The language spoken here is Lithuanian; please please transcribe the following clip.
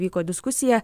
vyko diskusija